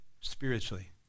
spiritually